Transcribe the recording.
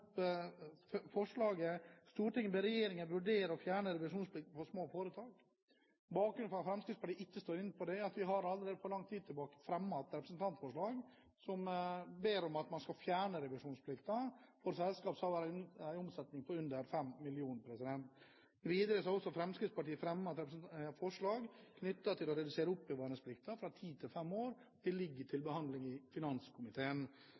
ber regjeringen vurdere å fjerne revisjonsplikten for små foretak.» Bakgrunnen for at Fremskrittspartiet ikke er med på det forslaget, er at vi allerede for lang tid tilbake fremmet et representantforslag om å fjerne revisjonsplikten for selskap som har en omsetning på under 5 mill. kr. Videre har også Fremskrittspartiet fremmet et forslag om å redusere oppbevaringsplikten fra ti til fem år. Det ligger til behandling i finanskomiteen.